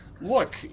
look